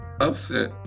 upset